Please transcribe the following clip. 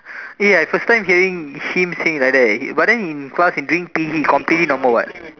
ya first time hearing him say like that eh but then during class during P_E he completely normal what